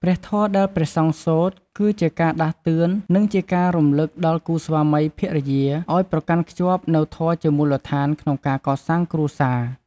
ព្រះធម៌ដែលព្រះសង្ឃសូត្រ គឺជាការដាស់តឿន និងជាការរំលឹកដល់គូស្វាមីភរិយាឲ្យប្រកាន់ខ្ជាប់នូវធម៌ជាមូលដ្ឋានក្នុងការកសាងគ្រួសារ។